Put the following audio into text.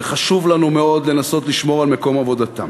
וחשוב לנו מאוד לנסות לשמור על מקום עבודתם.